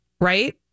Right